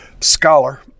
scholar